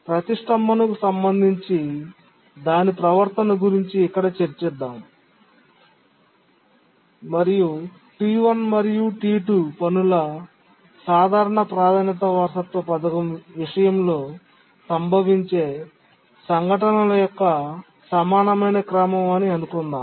ప్రతిష్ఠంభనకు సంబంధించి దాని ప్రవర్తన గురించి ఇక్కడ చర్చిద్దాం మరియు T1 మరియు T2 పనుల సాధారణ ప్రాధాన్యత వారసత్వ పథకం విషయంలో సంభవించే సంఘటనల యొక్క సమానమైన క్రమం అని అనుకుందాం